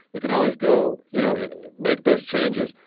you can always go you know make those changes,